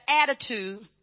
attitude